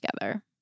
together